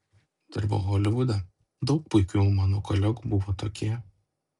dirbau holivude daug puikių mano kolegų buvo tokie